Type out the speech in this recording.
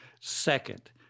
Second